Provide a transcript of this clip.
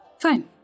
Fine